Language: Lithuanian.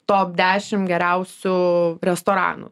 top dešim geriausių restoranų